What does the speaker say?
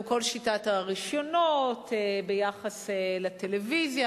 גם כל שיטת הרשיונות ביחס לטלוויזיה